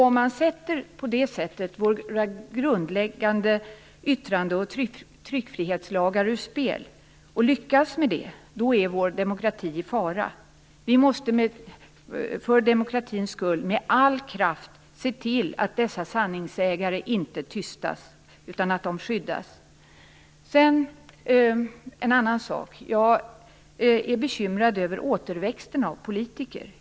Om man på detta vis sätter våra grundläggande yttrandefrihets och tryckfrihetslagar ur spel, och lyckas med det, är vår demokrati i fara. Vi måste för demokratins skull med all kraft se till att dessa sanningssägare inte tystas utan att de i stället skyddas. Så till en annan sak. Jag är bekymrad över återväxten av politiker.